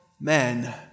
men